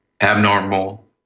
abnormal